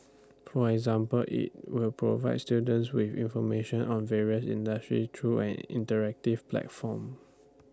for example IT will provides students with information on the various industries through an interactive platform